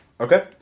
Okay